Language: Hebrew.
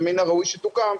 ומן הראוי שתוקם,